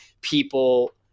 people